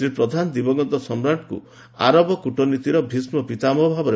ଶ୍ରୀ ପ୍ରଧାନ ଦିବଂଗତ ସମ୍ରାଟଙ୍କ ଆରବ କ୍ୱଟନୀତିର ଭୀଷ୍ମ ପିତାମହ ଭାବରେ